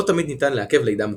לא תמיד ניתן לעכב לידה מוקדמת.